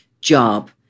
job